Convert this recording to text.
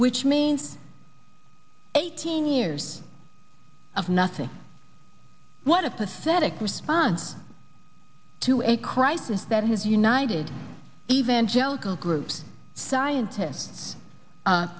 which means eighteen years of nothing what a pathetic response to a crisis that has united evangelical groups scientists